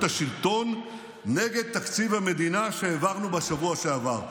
השלטון נגד תקציב המדינה שהעברנו בשבוע שעבר.